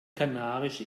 kanarische